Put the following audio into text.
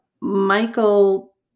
Michael